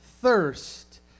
thirst